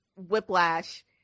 whiplash